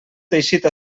teixit